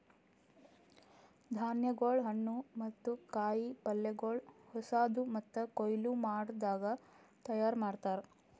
ಧಾನ್ಯಗೊಳ್, ಹಣ್ಣು ಮತ್ತ ಕಾಯಿ ಪಲ್ಯಗೊಳ್ ಹೊಸಾದು ಮತ್ತ ಕೊಯ್ಲು ಮಾಡದಾಗ್ ತೈಯಾರ್ ಮಾಡ್ತಾರ್